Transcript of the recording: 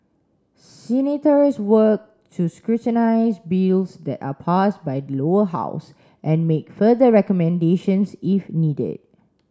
senators work to scrutinise bills that are passed by the Lower House and make further recommendations if needed